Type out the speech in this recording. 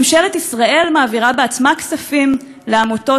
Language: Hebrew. ממשלת ישראל מעבירה בעצמה כספים לעמותות